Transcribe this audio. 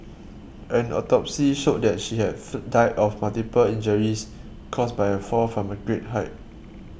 an autopsy showed that she had futile of multiple injuries caused by a fall from a great height